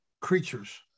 creatures